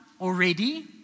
already